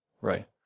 Right